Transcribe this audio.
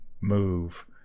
move